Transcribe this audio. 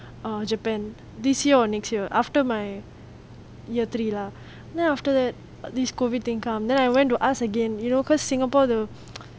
err japan this year or next year after my year three lah then after that this COVID thing come then I went to ask again you know because singapore the